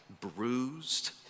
bruised